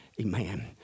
Amen